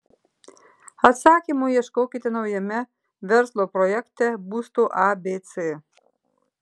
atsakymo ieškokite naujame verslo projekte būsto abc